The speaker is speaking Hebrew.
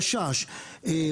חשש,